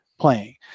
playing